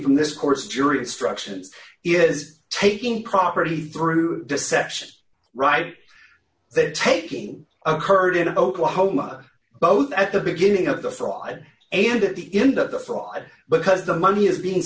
from this course jury instructions is taking property through deception right there taking occurred in oklahoma both at the beginning of the fraud and at the in the fraud but because the money is being